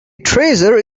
treasure